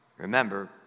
Remember